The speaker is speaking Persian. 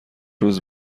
روز